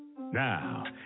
Now